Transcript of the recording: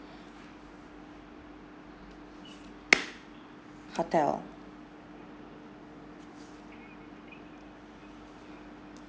hotel